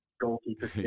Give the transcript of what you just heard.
goalkeeper